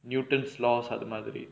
newton's laws அது மாதிரி:athu maathiri